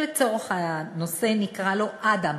שלצורך הנושא נקרא לו אדם